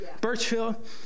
Birchfield